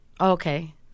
Okay